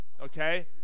Okay